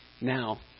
Now